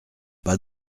pas